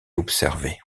observés